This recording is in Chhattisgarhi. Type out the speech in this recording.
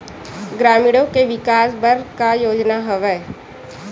ग्रामीणों के विकास बर का योजना हवय?